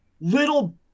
little